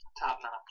top-notch